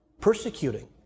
persecuting